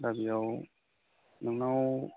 दा बेयाव नोंनाव